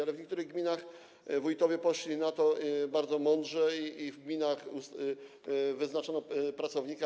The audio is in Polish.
Ale w niektórych gminach wójtowie rozwiązali to bardzo mądrze i w gminach wyznaczono pracownika.